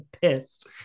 pissed